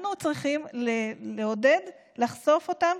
אנחנו צריכים לעודד לחשוף אותם,